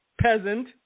peasant